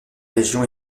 région